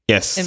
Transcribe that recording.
Yes